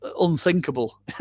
unthinkable